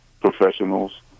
professionals